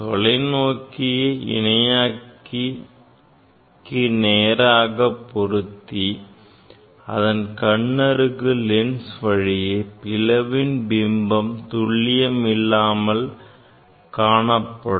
தொலைநோக்கியை இணையாக்கி நேராக பொருத்தி அதன் கண்ணருகு லென்ஸ் வழியே பார்த்தால் பிளவின் பிம்பம் துல்லியம் இல்லாமல் காணப்படும்